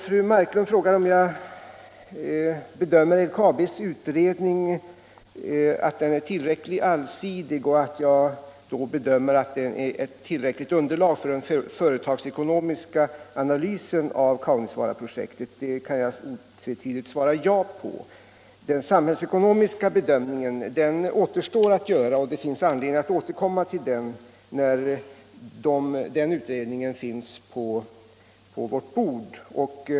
Fru Marklund frågar om jag bedömer det så att LKAB:s utredning är tillräckligt allsidig och att den ger ett tillräckligt underlag för den företagsekonomiska analysen av Kaunisvaaraprojektet. Det kan jag otvetydigt svara ja på. Den samhällsekonomiska bedömningen återstår att göra, och det finns anledning att återkomma till den när utredningen ligger på vårt bord.